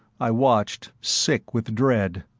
i watched, sick with dread.